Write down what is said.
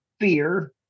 fear